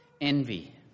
envy